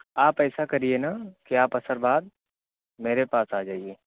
آپ ایسا کریے نا کہ آپ عصر بعد میرے پاس آ جائیے